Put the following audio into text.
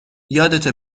یادته